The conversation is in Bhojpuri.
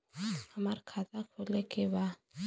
हमार खाता खोले के बा?